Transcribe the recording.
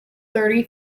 thirty